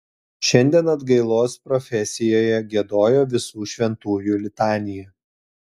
šiandien atgailos profesijoje giedojo visų šventųjų litaniją